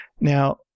Now